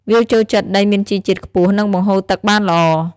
វាចូលចិត្តដីមានជីជាតិខ្ពស់ និងបង្ហូរទឹកបានល្អ។